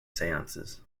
seances